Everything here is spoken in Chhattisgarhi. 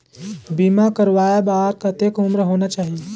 बीमा करवाय बार कतेक उम्र होना चाही?